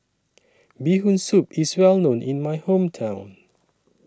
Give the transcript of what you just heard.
Bee Hoon Soup IS Well known in My Hometown